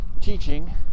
teaching